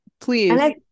please